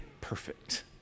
perfect